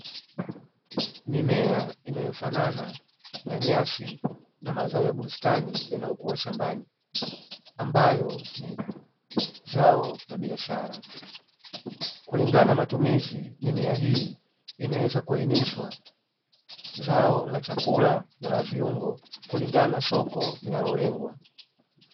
Mimea inayofanana na nyasi na mazao ya bustani yanayokuwa shambani ambayo ni zao la biashara, kulingana na matumizi mimea hii inaweza kuainishwa zao la chakula na viungo kulingana na soko linalolengwa.